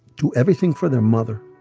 do everything for their mother,